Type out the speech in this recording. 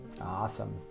Awesome